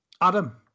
adam